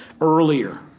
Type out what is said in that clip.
earlier